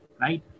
right